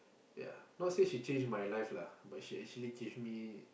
yea not say she change my life lah but she actually give me